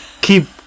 Keep